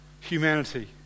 humanity